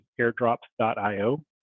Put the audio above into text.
airdrops.io